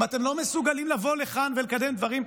אם אתם לא מסוגלים לבוא לכאן ולקדם דברים,